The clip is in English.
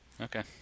Okay